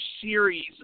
series